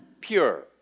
pure